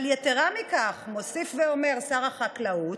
אבל יתרה מזו, מוסיף ואומר שר החקלאות,